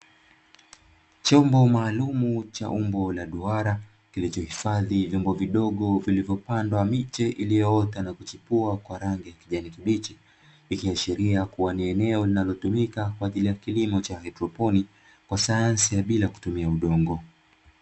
Chombo maalumu cha umbo la duara kilicho pandwa mimea ndani yake kinachoonyesha ni kilimo cha haidroponiki kwa sayansi ya bila kutumia udongo